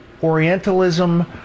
Orientalism